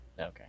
Okay